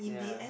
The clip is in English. yeah